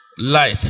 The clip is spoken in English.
Light